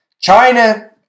China